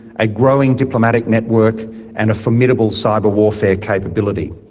a growing diplomatic network and a formidable cyber warfare capability.